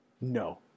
No